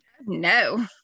No